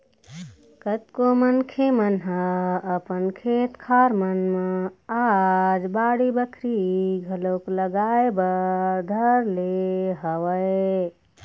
कतको मनखे मन ह अपन खेत खार मन म आज बाड़ी बखरी घलोक लगाए बर धर ले हवय